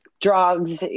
drugs